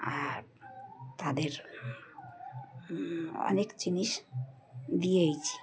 আর তাদের অনেক জিনিস দিয়েছি